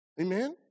Amen